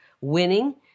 winning